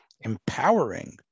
empowering